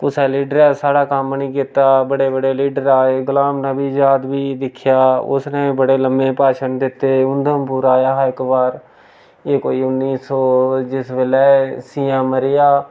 कुसै लीडरै साढ़ा कम्म निं कीता बड़े बड़े लीडर आए गुलाम नबी आजाद बी दिक्खेआ उसने बड़े लम्मे भाशण दित्ते हे ऊधमपुर आया हा इक बार एह् कोई उन्नी सौ जिस बेल्लै सी ऐम्म रेहा